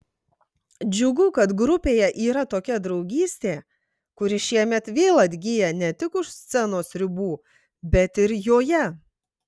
džiugu kad grupėje yra tokia draugystė kuri šiemet vėl atgyja ne tik už scenos ribų bet ir joje